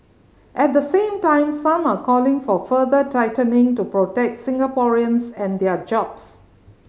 at the same time some are calling for further tightening to protect Singaporeans and their jobs